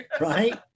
Right